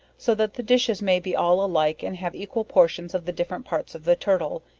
so that the dishes may be all alike and have equal portions of the different parts of the turtle,